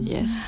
Yes